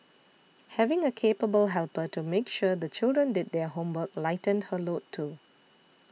having a capable helper to make sure the children did their homework lightened her load too